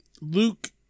Luke